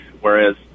Whereas